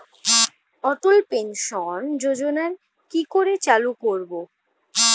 অটল pension যোজনার কি করে চালু করব?